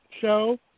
show